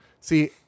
See